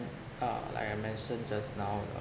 uh like I mentioned just now the